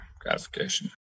gratification